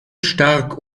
stark